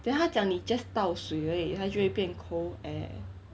then 他讲你 just 倒水而已他就会变 cold air